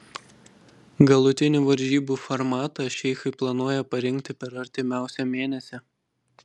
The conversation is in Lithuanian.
galutinį varžybų formatą šeichai planuoja parinkti per artimiausią mėnesį